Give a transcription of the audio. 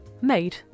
made